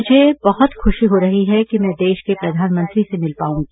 मुझे बहुत खुशी हो रही है कि मैं देश के प्रधानमंत्री से मिल पाऊंगी